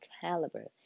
caliber